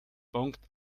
punkt